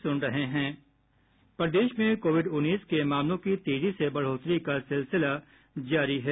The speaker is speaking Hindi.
प्रदेश में कोविड उन्नीस के मामलों की तेजी से बढ़ोतरी का सिलसिला जारी है